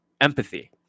empathy